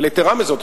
אבל יתירה מזאת,